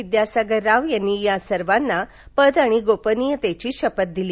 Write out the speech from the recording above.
विद्यासागर राव यांनी या सर्वांना पद आणि गोपनीयतेची शपथ दिली